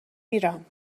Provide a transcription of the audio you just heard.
میرم